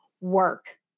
work